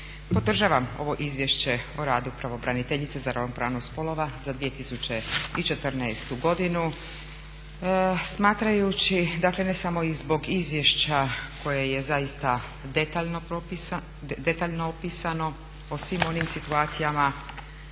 Podržavam ovo Izvješće o radu pravobraniteljice za ravnopravnost spolova za 2014. godinu smatrajući, dakle ne samo i zbog izvješća koje je zaista detaljno opisano po svim onim situacijama